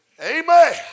Amen